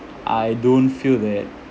I don't feel that